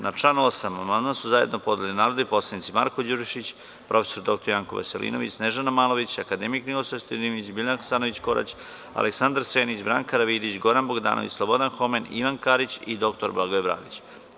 Na član 8. amandman su zajedno podneli narodni poslanici Marko Đurišić, prof. dr Janko Veselinović, Snežana Malović, akademik Ninoslav Stojadinović, Biljana Hasanović Korać, Aleksandar Senić, Branka Karavidić, Goran Bogdanović, Slobodan Homen, Ivan Karić i dr Blagoje Bradić.